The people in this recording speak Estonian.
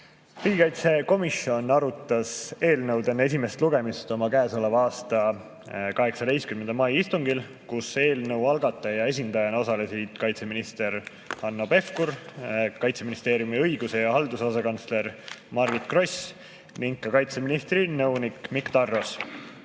Riigikaitsekomisjon arutas eelnõu enne esimest lugemist oma käesoleva aasta 18. mai istungil, kus eelnõu algataja esindajana osalesid kaitseminister Hanno Pevkur, Kaitseministeeriumi õiguse ja halduse asekantsler Margit Gross ning kaitseministri nõunik Mikk Tarros. Eelnõu